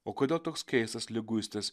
o kodėl toks keistas liguistas